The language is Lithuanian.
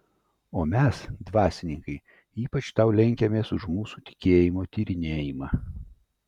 o mes dvasininkai ypač tau lenkiamės už mūsų tikėjimo tyrinėjimą